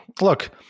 look